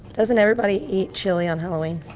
doesn't everybody eat chili on halloween?